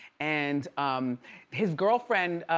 and um his girlfriend,